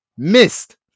Missed